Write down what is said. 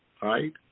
right